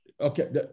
Okay